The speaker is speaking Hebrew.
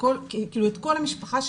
את כל המשפחה שלך,